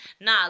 Nah